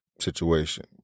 situation